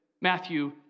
Matthew